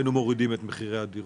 היינו מורידים את מחירי הדירות.